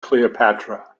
cleopatra